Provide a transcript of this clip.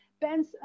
Ben's